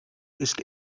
ist